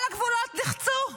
כל הגבולות נחצו?